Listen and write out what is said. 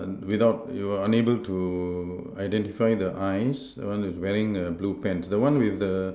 without we were unable to identify the eyes the one that's wearing err blue pants the one with the